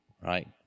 right